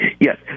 Yes